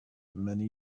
many